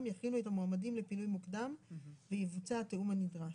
יכינו את המועמדים לפינוי מוקדם ויבוצע התיאום הנדרש.